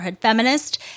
Feminist